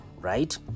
right